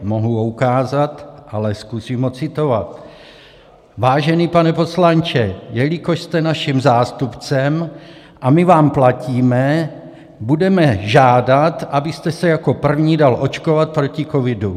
Mohu ho ukázat, ale zkusím ho citovat: Vážený pane poslanče, jelikož jste naším zástupcem a my vám platíme, budeme žádat, abyste se jako první dal očkovat proti covidu.